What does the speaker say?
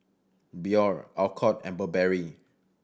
Biore Alcott and Burberry